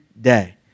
day